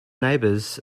neighbors